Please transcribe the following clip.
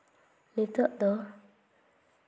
ᱱᱤᱛᱚᱜ ᱫᱚ